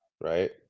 right